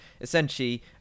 Essentially